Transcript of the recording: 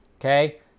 Okay